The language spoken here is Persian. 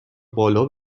بالا